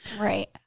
Right